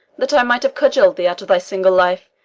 that i might have cudgelled thee out of thy single life,